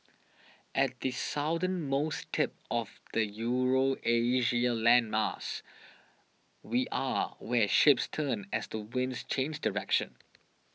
at the southernmost tip of the Eurasia landmass we are where ships turn as the winds change direction